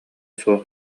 суох